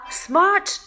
,smart